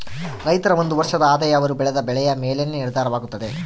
ರೈತರ ಒಂದು ವರ್ಷದ ಆದಾಯ ಅವರು ಬೆಳೆದ ಬೆಳೆಯ ಮೇಲೆನೇ ನಿರ್ಧಾರವಾಗುತ್ತದೆ